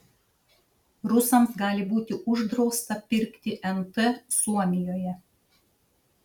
rusams gali būti uždrausta pirkti nt suomijoje